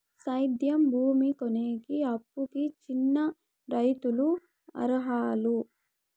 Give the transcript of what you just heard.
సేద్యం భూమి కొనేకి, అప్పుకి చిన్న రైతులు అర్హులా?